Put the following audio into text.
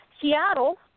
Seattle